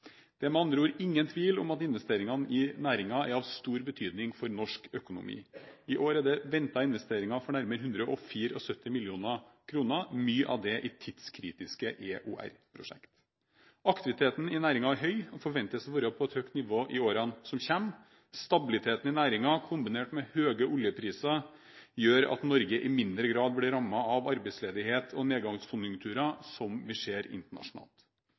Det er med andre ord ingen tvil om at investeringene i næringen er av stor betydning for norsk økonomi. I år er det ventet investeringer for nærmere 174 mill. kr – mye av det i tidskritiske EOR-prosjekter. Aktiviteten i næringen er høy, og forventes å være på et høyt nivå i årene som kommer. Stabiliteten i næringen kombinert med høye oljepriser gjør at Norge i mindre grad blir rammet av arbeidsledighet og nedgangskonjunkturer, slik vi ser internasjonalt.